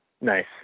Nice